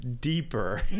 deeper